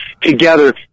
together